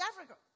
Africa